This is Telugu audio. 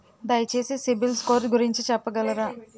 దయచేసి సిబిల్ స్కోర్ గురించి చెప్పగలరా?